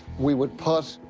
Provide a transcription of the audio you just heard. we would put